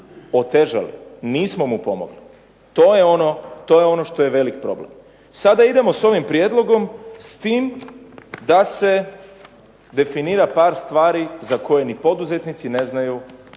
otežali, nismo mu pomogli. To je ono što je velik problem. Sada idemo s ovim prijedlogom s tim da se definira par stvari za koje ni poduzetnici ne znaju